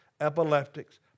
epileptics